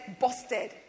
busted